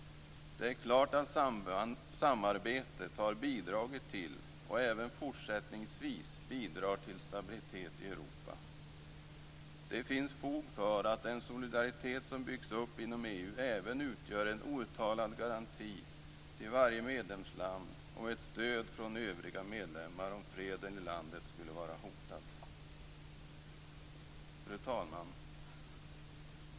Det är klart att samarbetet har bidragit till och även fortsättningsvis bidrar till stabilitet i Europa. Det finns fog för att den solidaritet som byggts upp inom EU även utgör en outtalad garanti till varje medlemsland om ett stöd från övriga medlemmar om freden i landet skulle vara hotad. Fru talman!